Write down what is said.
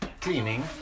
Cleaning